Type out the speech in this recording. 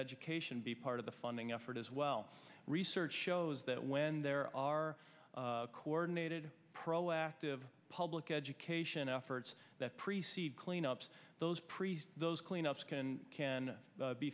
education be part of the funding effort as well research shows that when there are coordinated proactive public education efforts that preceded cleanups those priest those cleanups can can be